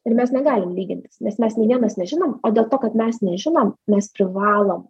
ir mes negalim lygintis nes mes nei vienas nežinom o dėl to kad mes nežinom mes privalom